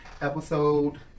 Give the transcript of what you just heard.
episode